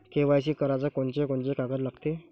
KYC कराच कोनचे कोनचे कागद लागते?